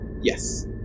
Yes